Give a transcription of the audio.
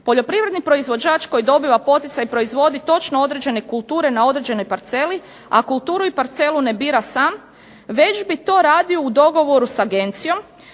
Poljoprivredni proizvođač koji dobiva poticaj proizvodi točno određene kulture na određenoj parceli, a kulturu i parcelu ne bira sam već bi to radio u dogovoru s agencijom